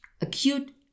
acute